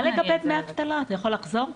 זה לגבי 935 חיילים שמשרתים כרגע ו